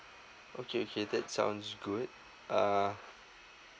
okay okay that sounds good uh